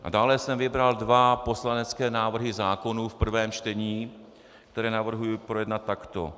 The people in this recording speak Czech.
A dále jsem vybral dva poslanecké návrhy zákonů v prvém čtení, které navrhuji projednat takto: